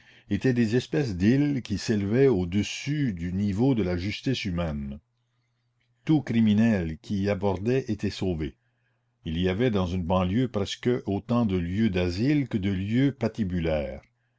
étaient des espèces d'îles qui s'élevaient au-dessus du niveau de la justice humaine tout criminel qui y abordait était sauvé il y avait dans une banlieue presque autant de lieux d'asile que de lieux patibulaires